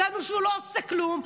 ידענו שהוא לא עשה כלום,